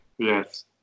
Yes